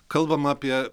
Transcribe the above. kalbama apie